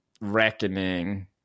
reckoning